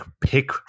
pick